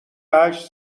هشت